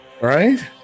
Right